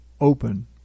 open